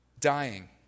dying